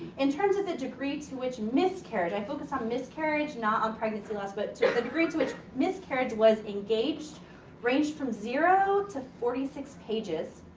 in terms of the degree to which miscarriage, i focused on miscarriage not on pregnancy loss but to the degree to which miscarriage was engaged. it ranged from zero to forty six pages.